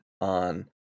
on